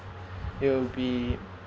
will be it~